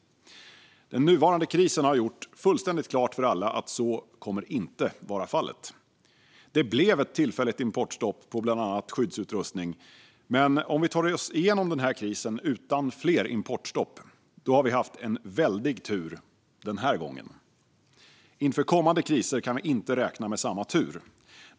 Den nuvarande krisen har gjort fullständigt klart för alla att det inte kommer att vara fallet. Det blev ett tillfälligt importstopp på bland annat skyddsutrustning. Men om vi tar oss igenom krisen utan fler importstopp har vi haft en väldig tur - den här gången. Inför kommande kriser kan vi inte räkna med samma tur.